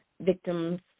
victims